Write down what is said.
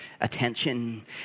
attention